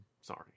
sorry